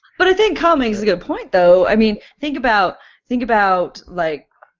but i think kyle makes a good point though. i mean think about think about like,